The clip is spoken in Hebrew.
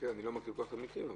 אני לא מכיר טוב את המקרים.